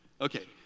Okay